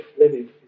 living